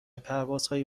پروازهایی